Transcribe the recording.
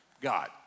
God